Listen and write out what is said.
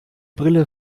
brille